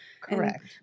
Correct